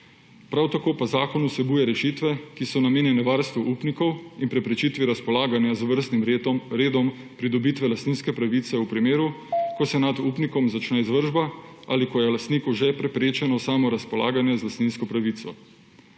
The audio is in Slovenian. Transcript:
Prav tako pa zakon vsebuje rešitve, ki so namenjene varstvu upnikov in preprečitvi razpolaganja z vrstnim redom pridobitve lastninske pravice v primeru, ko se nad upnikom začne izvršba ali ko je lastniku že preprečeno samo razpolaganje z lastninsko pravico.